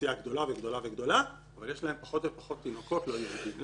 שהאוכלוסייה גדלה וגדלה וגדלה אבל יש להם פחות פחות תינוקות לא יהודיים.